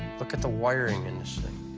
look at the wiring in this thing.